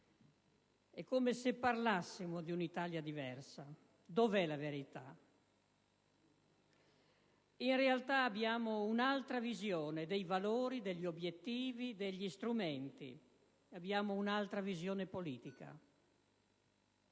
è come se parlassimo di un'Italia diversa. Dov'è la verità? In realtà abbiamo un'altra visione dei valori, degli obiettivi, degli strumenti: abbiamo un'altra visione politica.